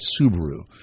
Subaru